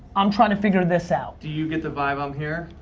i'm trying to figure this out. do you get the vibe i'm here?